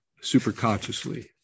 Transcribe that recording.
superconsciously